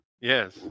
Yes